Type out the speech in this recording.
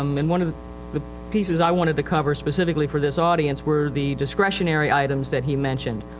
um, in one of the pieces i wanted to cover specifically for this audience were the discretionary items that he mentioned.